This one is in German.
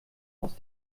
aus